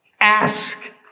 Ask